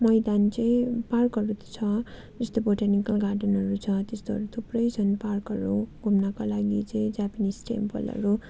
मैदान चाहिँ पार्कहरू छ जस्तो बोटानिकल गार्डनहरू छ त्यस्तोहरू थुप्रै छन् पार्कहरू घुम्नको लागि चाहिँ जापानिस टेम्पलहरू